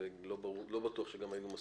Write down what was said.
ולא בטוח שהיינו מספיקים.